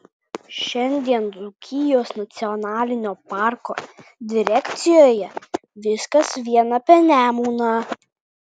šiandien dzūkijos nacionalinio parko direkcijoje viskas vien apie nemuną